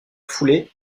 foulée